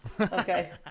Okay